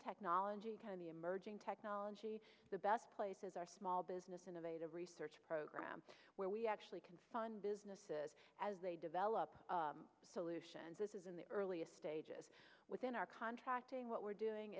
technology merging technology the best places are small business innovative research program where we actually can find businesses as they develop solutions this is in the earliest stages within our contracting what we're doing